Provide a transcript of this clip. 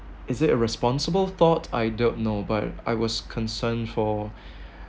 is it a responsible thought I don't know but I was concerned for